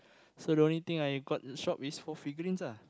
so I only thing I got shop is for figurines